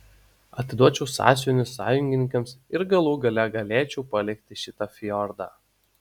atiduočiau sąsiuvinius sąjungininkams ir galų gale galėčiau palikti šitą fjordą